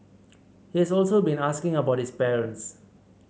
he has also been asking about his parents